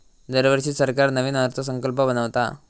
दरवर्षी सरकार नवीन अर्थसंकल्प बनवता